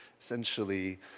essentially